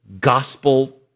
gospel